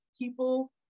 people